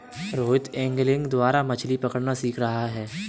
Rohit angling द्वारा मछ्ली पकड़ना सीख रहा है